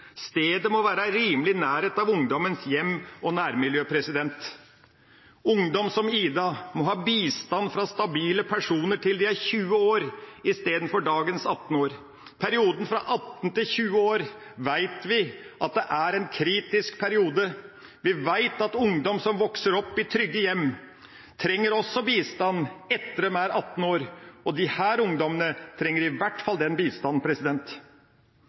Stedet må være i rimelig nærhet til ungdommens hjem og nærmiljø. Ungdom som «Ida» må ha bistand fra stabile personer til de er 20 år, istedenfor dagens 18 år. Perioden fra 18 til 20 år vet vi er en kritisk periode. Vi vet at ungdom som vokser opp i trygge hjem, trenger bistand også etter at de er 18 år, og disse ungdommene trenger i hvert fall den bistanden.